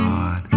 God